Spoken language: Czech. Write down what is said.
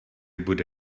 bude